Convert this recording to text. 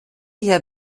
hier